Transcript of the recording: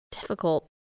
difficult